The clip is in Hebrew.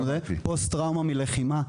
פוסט טראומה מלחימה,